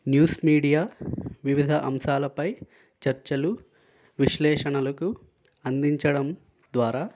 news media వివిధ అంశాలపై చర్చలు విశ్లేషణలకు అందించడం ద్వారా